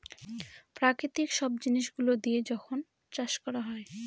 প্রাকৃতিক সব জিনিস গুলো দিয়া যখন চাষ করা হয়